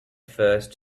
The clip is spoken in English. first